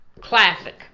Classic